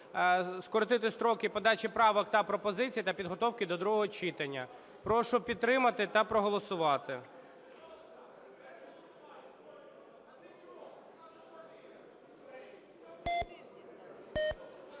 скоротити строки подачі правок та пропозицій та підготовки до другого читання. Прошу підтримати та проголосувати.